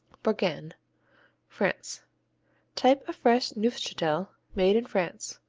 bourgain france type of fresh neufchatel made in france.